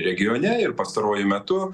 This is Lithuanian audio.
regione ir pastaruoju metu